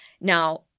Now